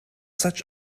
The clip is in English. such